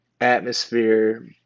atmosphere